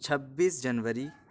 چھبیس جنوری